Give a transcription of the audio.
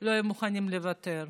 לא היו מוכנים לוותר.